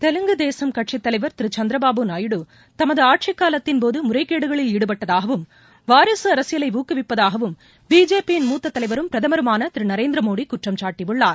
தெலுங்கு தேசம் கட்சித் தலைவர் திருசந்திரபாபு நாயுடு தமதுஆட்சிக் காலத்தின் போதுமுறைகேடுகளில் ஈடுபட்டதாகவும் வாரிகஅரசியலைஊக்குவிப்பதாகவும் பிஜேபியின் மூத்ததலைவரும் பிரதமருமானதிருநரேந்திரமோடிகுற்றம் சாட்டியுள்ளார்